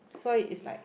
so it's like